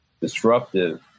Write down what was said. disruptive